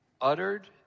uttered